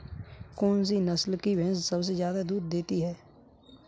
कौन सी नस्ल की भैंस सबसे ज्यादा दूध देती है?